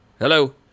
Hello